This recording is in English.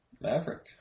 Maverick